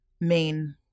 main